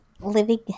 Living